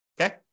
Okay